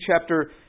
chapter